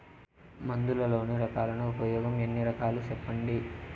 మందులలోని రకాలను ఉపయోగం ఎన్ని రకాలు? సెప్పండి?